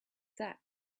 that